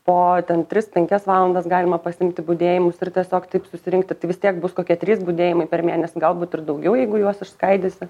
po ten tris penkias valandas galima pasiimti budėjimus ir tiesiog taip susirinkti tai vis tiek bus kokie trys budėjimai per mėnesį galbūt ir daugiau jeigu juos išskaidysi